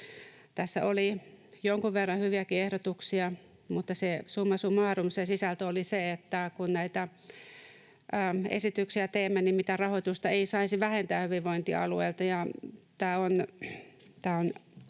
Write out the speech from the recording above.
Tässä oli jonkun verran hyviäkin ehdotuksia, mutta summa summarum se sisältö oli se, että kun näitä esityksiä teemme, niin mitään rahoitusta ei saisi vähentää hyvinvointialueilta. Tämä on vähän